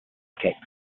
cakes